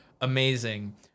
amazing